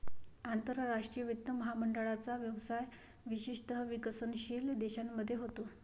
आंतरराष्ट्रीय वित्त महामंडळाचा व्यवसाय विशेषतः विकसनशील देशांमध्ये होतो